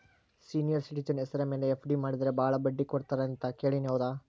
Senior citizen ಹೆಸರ ಮೇಲೆ FD ಮಾಡಿದರೆ ಬಹಳ ಬಡ್ಡಿ ಕೊಡ್ತಾರೆ ಅಂತಾ ಕೇಳಿನಿ ಹೌದಾ?